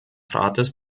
rates